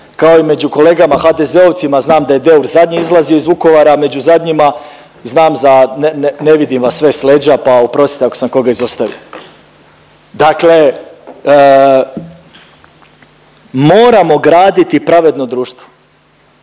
kao i među kolegama HDZ-ovcima znam da je Deur zadnji izlazio iz Vukovara, među zadnjima, znam za, ne, ne, ne vidim vas sve s leđa, pa oprostite ako sam koga izostavio. Dakle, moramo graditi pravedno društvo